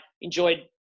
enjoyed